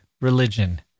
religion